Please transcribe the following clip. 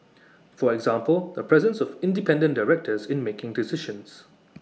for example the presence of independent directors in making decisions